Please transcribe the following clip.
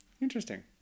Interesting